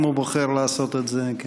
אם הוא בוחר לעשות את זה.